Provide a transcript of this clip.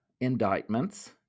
indictments